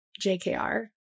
JKR